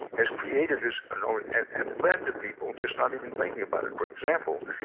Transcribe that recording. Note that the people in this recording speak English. has created this and um and and led the people just not even thinking about it for example,